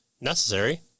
necessary